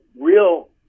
real